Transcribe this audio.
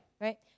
Right